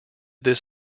this